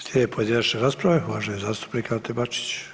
Slijedi pojedinačna rasprava, uvaženi zastupnik Ante Bačić.